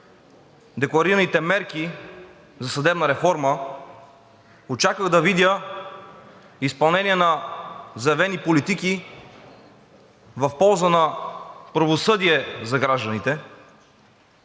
декларираните мерки за съдебна реформа, очаквах да видя изпълнение на заявени политики в полза на правосъдие за гражданите,